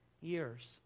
years